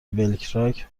بلکراک